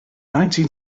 nineteen